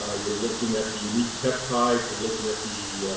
ah you're looking at the unique peptides, you're looking at the